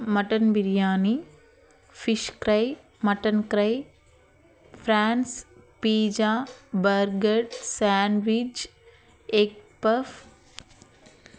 mutton biryani fish fry mutton fry France pizza burger sandwich egg puff